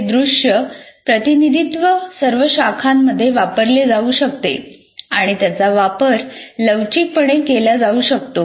हे दृश्य प्रतिनिधित्व सर्व शाखांमध्ये वापरले जाऊ शकते आणि त्यांचा वापर लवचिकपणे केला जाऊ शकतो